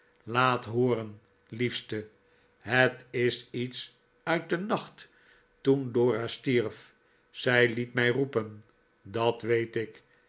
laat hooren liefste het is iets uit den nacht toen dora stierf zij liet mij roepen dat weet ik